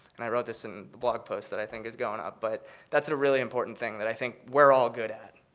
and i wrote this in the blog post that i think is going out, but that's a really important thing that i think we're all good at.